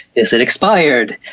is it expired?